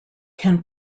can